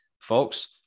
folks